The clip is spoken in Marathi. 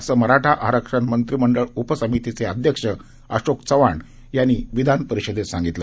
असं मराठा आरक्षण मंत्रिमंडळ उपसमितीचे अध्यक्ष अशोक चव्हाण यांनी सांगितलं